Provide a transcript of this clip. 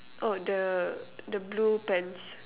oh the the blue pants